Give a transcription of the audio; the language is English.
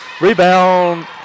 Rebound